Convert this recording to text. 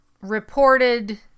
reported